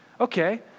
Okay